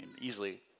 easily